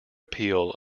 appeal